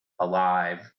alive